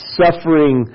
suffering